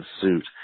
suit